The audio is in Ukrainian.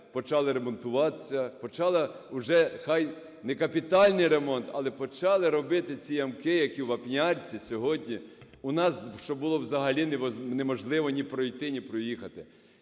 капітальний ремонт, але почали робити ці ямки, які у Вапнярці сьогодні. У нас було взагалі неможливо ні пройти ні проїхати.